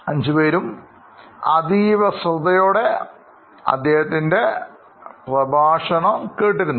5 പേരും അതീവശ്രദ്ധയോടെ അദ്ദേഹത്തിൻറെ പ്രഭാഷണം കേട്ടിരുന്നു